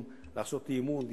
במקום אי-אמון,